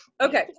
Okay